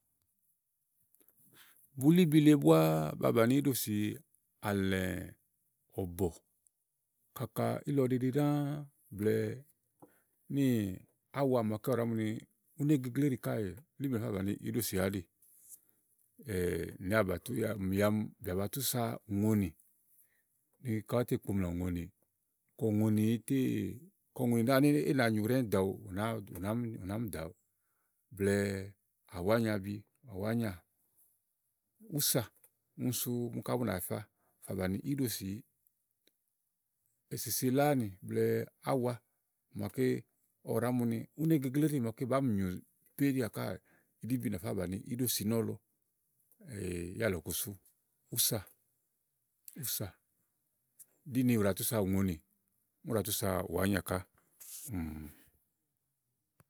Bulíbi le bùà ba bàni íɖò sii àlɛ̃ ɔ̀bɔ̀ kaka ílɔ ɖeɖe ɖã níì àwa maké ɔwɛ ɖàá mu ni ù nè gegle íɖì kàè ùnà fà bani íɖò si àáɖì, bìà ba tù sa ùŋònì ni kà tè kpomlà ùŋònì kɔ ùŋònì zá nɔni éyi na nyù ɖɛ́ɛ́ ɖo awu, ù nàa mì ɖò awu blɛ̀ɛ à wànyabi, ùsà ùni sù bùni kà bàa yifà bàni íɖò si èsèse ulànì blɛ̀ɛ àwa màaké ɔwɛ ɖàá mu ni ùné gegle ìɖì màke báa mì péɖià kàè ilíbi nàfàá bàni iɖò si nɔ̀lɔ yà lɔku sù ùsà ɖíni ùɖàa tùsa ùŋonì úni ɖàa tùsa wanyà kà.